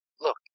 look